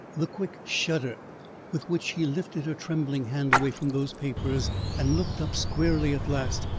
the quick shudder with which she lifted her trembling hand away from those papers and looked up, squarely at last,